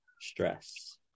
stress